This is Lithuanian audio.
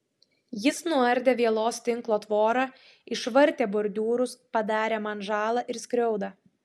jis nuardė vielos tinklo tvorą išvartė bordiūrus padarė man žalą ir skriaudą